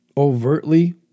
overtly